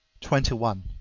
twenty one.